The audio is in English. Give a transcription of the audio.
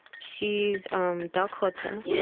she's um dakota,